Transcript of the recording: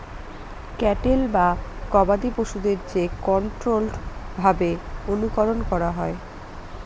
cattle বা গবাদি পশুদের যে কন্ট্রোল্ড ভাবে অনুকরন করা হয়